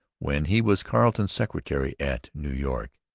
when he was carleton's secretary at new york.